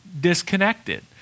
disconnected